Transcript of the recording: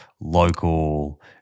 local